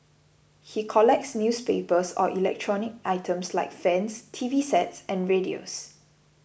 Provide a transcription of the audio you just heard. he collects newspapers or electronic items like fans T V sets and radios